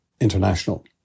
International